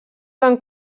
van